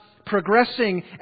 progressing